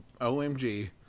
OMG